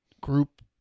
group